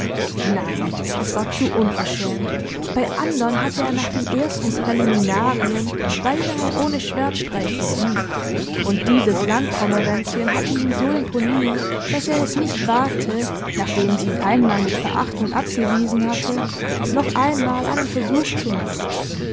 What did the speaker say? küßchen nein es war zu unverschämt bei andern hatte er nach den ersten präliminarien beinahe ohne schwertstreich gesiegt und dieses landpomeränzchen hatte ihm so imponiert daß er es nicht wagte nachdem sie ihn einmal mit verachtung abgewiesen hatte noch einmal einen versuch zu machen